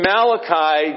Malachi